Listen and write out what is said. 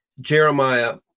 Jeremiah